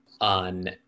on